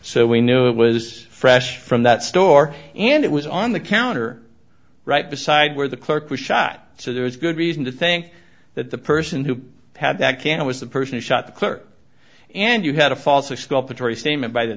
so we knew it was fresh from that store and it was on the counter right beside where the clerk was shot so there is good reason to think that the person who had that can was the person who shot the clerk and you had a false